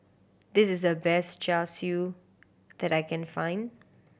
this is the best Char Siu that I can find